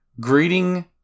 Greeting